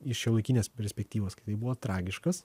iš šiuolaikinės perspektyvos kitaip buvo tragiškas